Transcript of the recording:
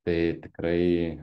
tai tikrai